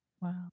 Wow